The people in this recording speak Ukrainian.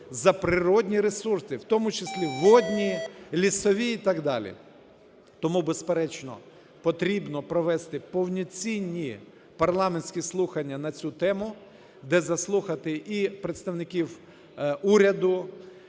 за природні ресурси, в тому числі водні, лісові і так далі. Тому, безперечно, потрібно провести повноцінні парламентські слухання на цю тему, де заслухати і представників уряду,